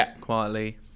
quietly